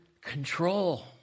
control